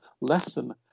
lesson